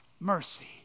Mercy